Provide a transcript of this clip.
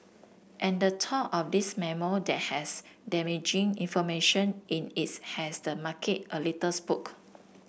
and the talk of this memo that has damaging information in is has the market a little spooked